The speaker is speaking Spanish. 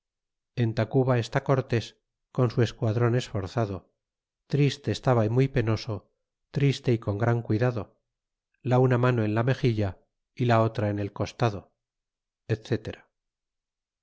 en tacuba está cortés con su esguadron esforzado triste estaba y muy penoso triste y con gran cuidado la una mano en la mexilla y la otra en el costado